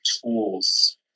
tools